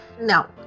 No